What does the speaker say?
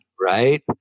Right